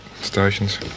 stations